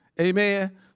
Amen